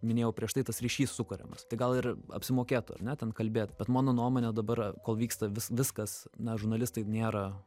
minėjau prieš tai tas ryšys sukuriamas tai gal ir apsimokėtų ar ne ten kalbėt bet mano nuomone dabar kol vyksta vis viskas na žurnalistai nėra